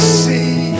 see